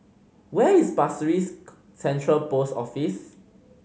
where is Pasir Ris Central Post Office